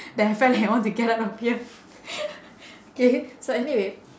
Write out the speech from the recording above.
that I felt like I want to get out of here K so anyway